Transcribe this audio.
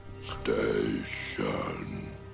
Station